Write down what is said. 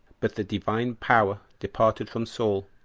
but the divine power departed from saul,